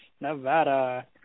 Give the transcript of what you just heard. Nevada